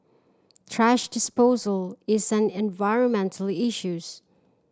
thrash disposal is an environmental issues